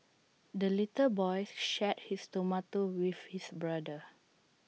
the little boy shared his tomato with his brother